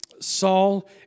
Saul